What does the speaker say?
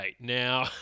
Now